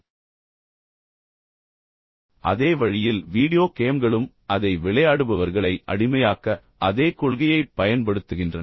இப்போது அதே வழியில் வீடியோ கேம்களும் அதை விளையாடுபவர்களை அடிமையாக்க அதே கொள்கையைப் பயன்படுத்துகின்றன